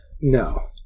No